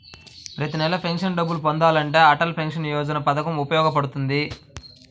ప్రతి నెలా పెన్షన్ డబ్బులు పొందాలంటే అటల్ పెన్షన్ యోజన పథకం ఉపయోగపడుతుంది